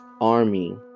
army